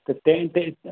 त ते ते